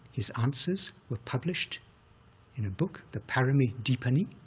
his answers were published in a book, the parami dipani.